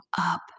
up